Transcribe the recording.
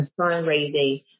fundraising